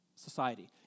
society